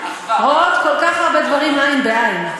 רואות כל כך הרבה דברים עין בעין.